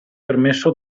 permesso